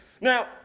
Now